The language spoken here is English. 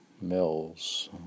Mills